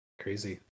crazy